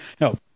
no